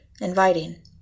inviting